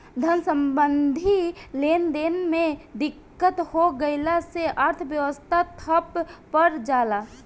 धन सम्बन्धी लेनदेन में दिक्कत हो गइला से अर्थव्यवस्था ठप पर जला